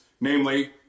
Namely